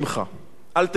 אל תבזה אותנו,